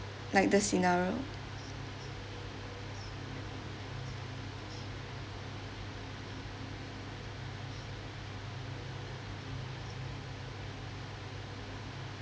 like the scenario